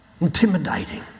intimidating